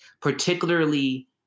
particularly